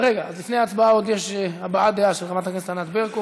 לפני הצבעה עוד יש הבעת דעה של חברת הכנסת ענת ברקו,